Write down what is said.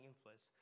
influence